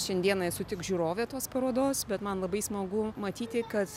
šiandieną esu tik žiūrovė tos parodos bet man labai smagu matyti kad